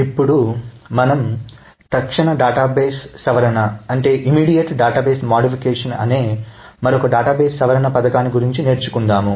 ఇప్పుడు మనం తక్షణ డేటాబేస్ సవరణ అనే మరొక డేటాబేస్ సవరణ పథకాన్ని నేర్చుకుందాం